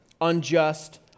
unjust